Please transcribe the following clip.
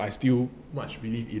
I still watch